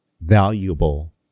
valuable